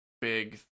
big